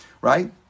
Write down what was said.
right